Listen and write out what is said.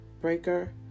Breaker